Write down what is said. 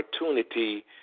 opportunity